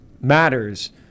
matters